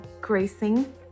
gracing